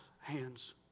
hands